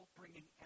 bringing